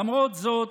למרות זאת,